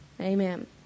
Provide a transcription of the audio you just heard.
Amen